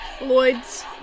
Lloyd's